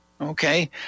okay